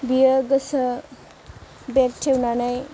बियो गोसो बेरथेनानै